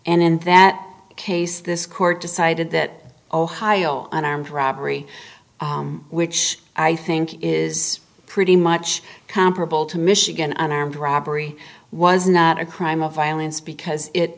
and in that case this court decided that ohio on armed robbery which i think is pretty much comparable to michigan an armed robbery was not a crime of violence because it